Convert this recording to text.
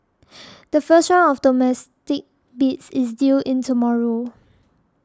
the first round of domestic bids is due in tomorrow